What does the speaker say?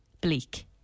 bleak